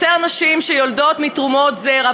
יותר נשים שיולדות מתרומות זרע.